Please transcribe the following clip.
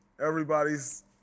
everybody's